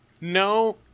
No